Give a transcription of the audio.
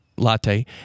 Latte